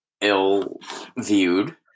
ill-viewed